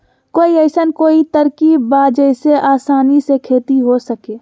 कोई अइसन कोई तरकीब बा जेसे आसानी से खेती हो सके?